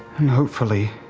and hopefully,